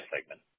segment